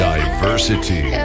Diversity